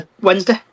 Wednesday